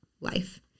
life